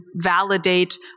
validate